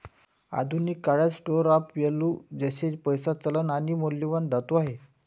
आधुनिक काळात store of value जसे पैसा, चलन आणि मौल्यवान धातू आहे